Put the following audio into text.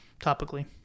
topically